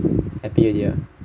happy already ah